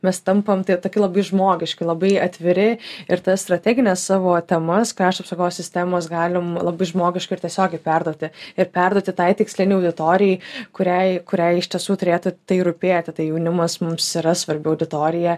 mes tampam tie tokie labai žmogiški labai atviri ir ta strategines savo temas krašto apsaugos sistemos galim labai žmogiška ir tiesiogiai perduoti ir perduoti tai tikslinei auditorijai kuriai kuriai iš tiesų turėtų tai rūpėti tai jaunimas mums yra svarbi auditorija